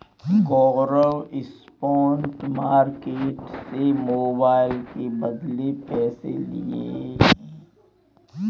गौरव spot market से mobile के बदले पैसे लिए हैं